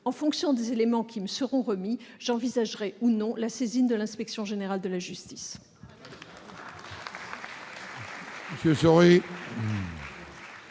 En fonction des éléments qui me seront remis, j'envisagerai ou non la saisine de l'Inspection générale de la justice.